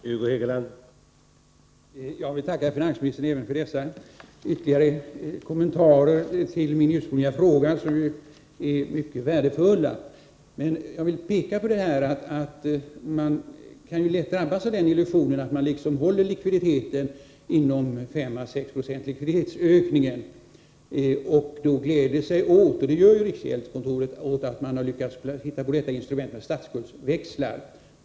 Herr talman! Jag vill tacka finansministern för dessa ytterligare kommentarer till min ursprungliga fråga. De är mycket värdefulla, men jag vill peka på att man lätt kan drabbas av illusionen att likviditetsökningen hålls inom 5 å 6 20 och då glädja sig åt — det gör ju riksgäldskontoret — att man lyckats hitta på detta instrument med statsskuldsväxlar.